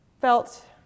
felt